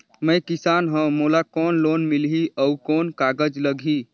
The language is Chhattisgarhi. मैं किसान हव मोला कौन लोन मिलही? अउ कौन कागज लगही?